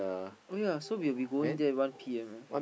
oh yea so we will be going there one P_M you know